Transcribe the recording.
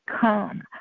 come